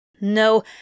No